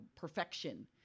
perfection